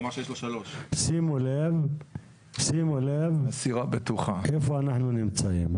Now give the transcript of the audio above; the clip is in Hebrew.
שימו לב איפה אנחנו נמצאים.